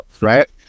right